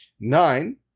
Nine